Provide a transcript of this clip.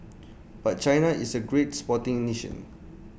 but China is A great sporting nation